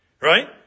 Right